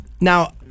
now